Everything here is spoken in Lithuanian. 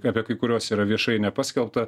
apie kai kuriuos yra viešai nepaskelbta